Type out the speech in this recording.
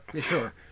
Sure